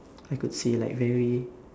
I could say like very